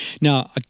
Now